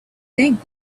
thing